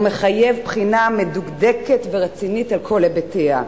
הוא מחייב בחינה מדויקת ורצינית על כל היבטיה.